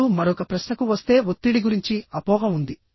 ఇప్పుడు మరొక ప్రశ్నకు వస్తే ఒత్తిడి గురించి అపోహ ఉంది